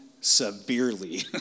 severely